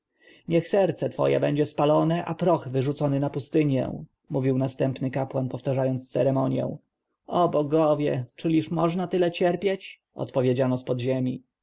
niech serce twoje będzie spalone a proch wyrzucony na pustynię mówił następny kapłan powtarzając ceremonję o bogowie czyliż można tyle cierpieć odpowiedziano z podziemi niech